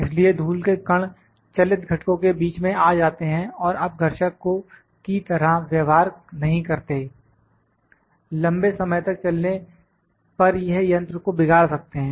इसलिए धूल के कण चलित घटकों के बीच में आ जाते हैं और अपघर्षक की तरह व्यवहार नहीं करते हैं लंबे समय तक चलने पर यह यंत्र को बिगाड़ सकते हैं